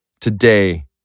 Today